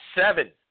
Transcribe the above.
seven